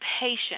patient